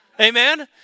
Amen